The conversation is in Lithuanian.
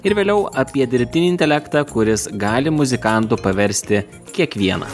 ir vėliau apie dirbtinį intelektą kuris gali muzikantu paversti kiekvieną